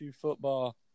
football